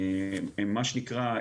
מה שנקרא,